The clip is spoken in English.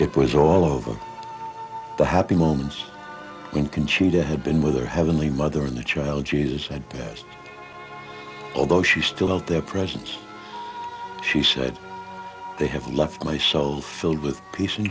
it was all over the happy moments when conchita had been with her heavenly mother and the child jesus at best although she still felt their presence she said they have left my soul filled with peace and